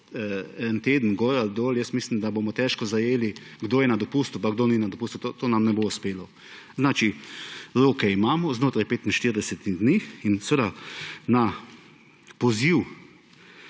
en teden gor ali dol, mislim, da bomo težko zajeli, kdo je na dopustu pa kdo ni na dopustu. To nam ne bo uspelo. Znači, roke imamo znotraj 45 dni in seveda na poziv